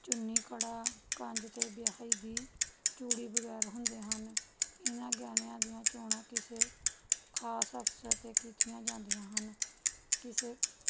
ਚੁੰਨੀ ਕੜਾ ਕੰਜ ਅਤੇ ਬਿਹਾਈ ਦੀ ਚੂੜੀ ਵਗੈਰਾ ਹੁੰਦੇ ਹਨ ਇਹਨਾਂ ਗਹਿਣਿਆਂ ਦੀਆਂ ਚੋਣਾਂ ਕਿਸੇ ਖਾਸ ਅਵਸਰ 'ਤੇ ਕੀਤੀਆਂ ਜਾਂਦੀਆਂ ਹਨ ਕਿਸੇ